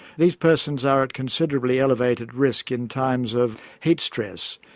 these persons are at considerably elevated risk in times of heat stress.